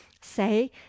say